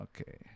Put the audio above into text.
Okay